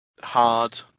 hard